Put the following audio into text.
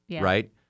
right